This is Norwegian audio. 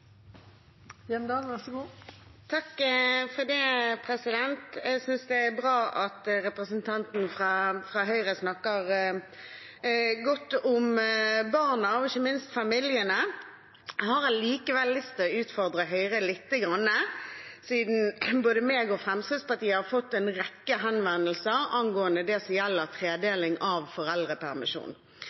bra at representanten fra Høyre snakker godt om barna og ikke minst familiene. Jeg har allikevel lyst til å utfordre Høyre lite grann, siden jeg og Fremskrittspartiet har fått en rekke henvendelser angående det som gjelder tredeling av